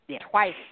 twice